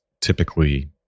typically